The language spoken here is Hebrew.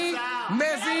אבל זה נמחק כשהיו"ר